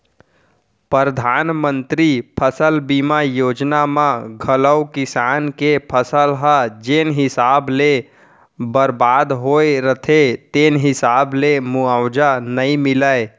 परधानमंतरी फसल बीमा योजना म घलौ किसान के फसल ह जेन हिसाब ले बरबाद होय रथे तेन हिसाब ले मुवावजा नइ मिलय